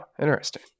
interesting